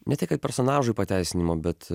ne tai kaip personažų pateisinimo bet